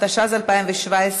התשע"ז 2017,